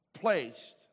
placed